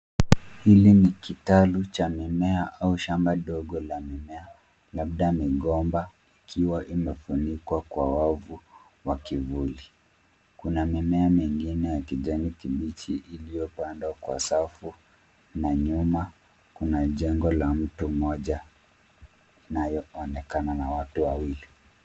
Hili ni kitalu cha mimea au shamba dogo la mimea, labda migomba ikiwa imefunikwa kwa wavu wa kivuli. Kuna mimea mingine ya kijani kibichi iliyopandwa kwa safu na nyuma kuna jengo la mtu mmoja inayoonekana na watu wawili.